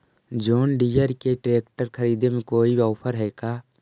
जोन Deere के tractor खरिदे में कोई औफर है का?